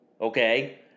Okay